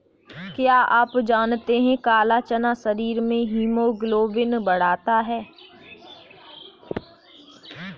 क्या आप जानते है काला चना शरीर में हीमोग्लोबिन बढ़ाता है?